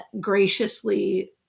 graciously